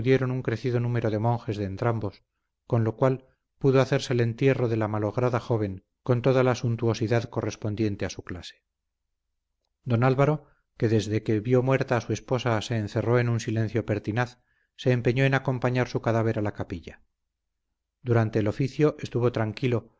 un crecido número de monjes de entrambos con lo cual pudo hacerse el entierro de la malograda joven con toda la suntuosidad correspondiente a su clase don álvaro que desde que vio muerta a su esposa se encerró en un silencio pertinaz se empeñó en acompañar su cadáver a la capilla durante el oficio estuvo tranquilo